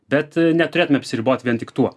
bet neturėtume apsiribot vien tik tuo